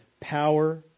power